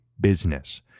business